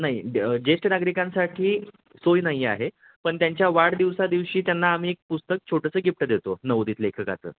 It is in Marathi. नाही ज्येष्ठ नागरिकांसाठी सोय नाही आहे पण त्यांच्या वाढदिवसादिवशी त्यांना आम्ही एक पुस्तक छोटंसं गिफ्ट देतो नवोदित लेखकाचं